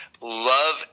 Love